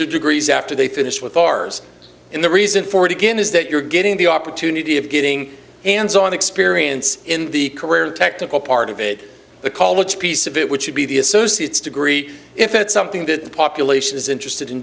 to degrees after they finished with ours and the reason for it again is that you're getting the opportunity of getting and so on experience in the career the technical part of it the college piece of it which should be the associate's degree if it's something that the population is interested in